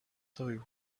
toy